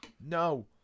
No